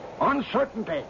Uncertainty